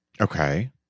Okay